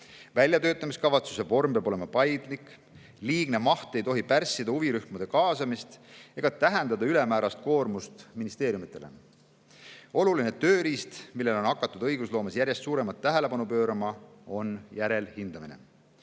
Väljatöötamiskavatsuse vorm peab olema paindlik, liigne maht ei tohi pärssida huvirühmade kaasamist ega tähendada ülemäärast koormust ministeeriumidele. Oluline tööriist, millele on hakatud õigusloomes järjest suuremat tähelepanu pöörama, on järelhindamine.